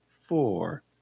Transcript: four